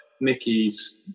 Mickey's